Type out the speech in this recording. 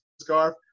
scarf